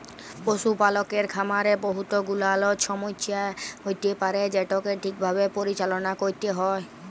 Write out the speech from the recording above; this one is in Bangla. পশুপালকের খামারে বহুত গুলাল ছমচ্যা হ্যইতে পারে যেটকে ঠিকভাবে পরিচাললা ক্যইরতে হ্যয়